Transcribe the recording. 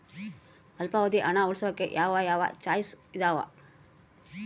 ಅಲ್ಪಾವಧಿ ಹಣ ಉಳಿಸೋಕೆ ಯಾವ ಯಾವ ಚಾಯ್ಸ್ ಇದಾವ?